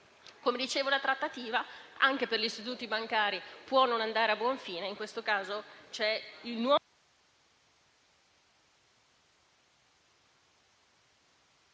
Come dicevo, la trattativa anche per gli istituti bancari può non andare a buon fine